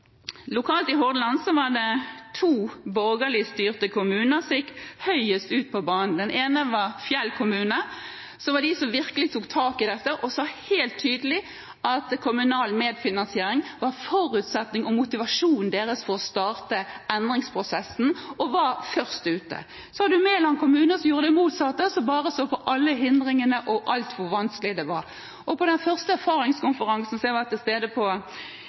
Hordaland var det to borgerlig styrte kommuner som gikk høyest ut på banen. Den ene var Fjell kommune, som virkelig tok tak i dette og sa helt tydelig at kommunal medfinansiering var forutsetningen og motivasjonen deres for å starte endringsprosessen. De var først ute. Så har vi Meland kommune, som gjorde det motsatte og bare så alle hindringene og hvor vanskelig alt var. På den første erfaringskonferansen som jeg var til stede på